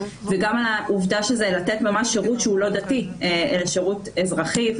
וגם על העובדה שזה לתת ממש שירות שהא לא דתי אלא שירות אזרחי.